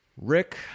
Rick